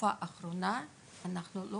בתקופה האחרונה אנחנו לא